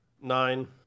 Nine